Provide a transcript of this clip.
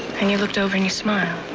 and you looked over and you smiled.